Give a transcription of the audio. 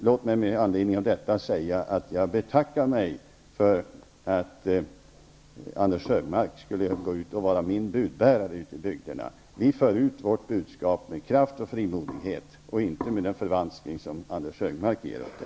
Låt mig med anledning härav säga att jag betackar mig för att Anders G Högmark skulle vara min budbärare ute i bygderna. Vi för ut vårt budskap med kraft och frimodighet, inte med den förvanskning som Anders G Högmark ger åt det.